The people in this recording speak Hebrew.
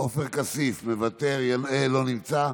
עופר כסיף, אינו נוכח,